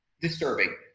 disturbing